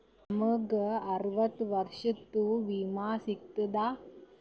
ನಮ್ ಗ ಅರವತ್ತ ವರ್ಷಾತು ವಿಮಾ ಸಿಗ್ತದಾ?